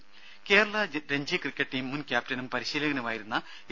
ദേദ Kerala Ranji cricket team മുൻ ക്യാപ്റ്റനും പരിശീലകനുമായിരുന്ന എ